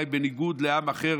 אולי בניגוד לעם אחר,